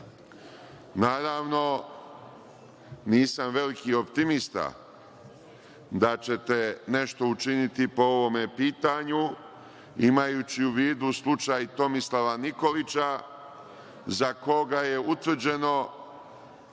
govorim. Naravno, nisam veliki optimista da ćete nešto učiniti po ovom pitanju, imajući u vidu slučaj Tomislava Nikolića za koga je utvrđeno